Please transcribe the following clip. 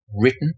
written